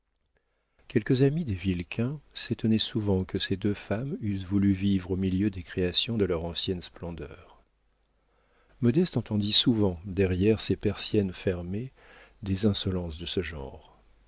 quelques amis des vilquin s'étonnaient souvent que ces deux femmes eussent voulu vivre au milieu des créations de leur ancienne splendeur modeste entendit souvent derrière ses persiennes fermées des insolences de ce genre